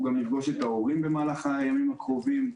אנחנו גם נפגוש את ההורים במהלך הימים הקרובים.